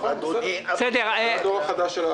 בעיקר שני